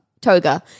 toga